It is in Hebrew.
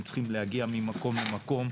הם צריכים להגיע ממקום למקום,